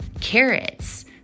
carrots